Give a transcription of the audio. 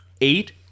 Eight